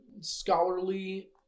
scholarly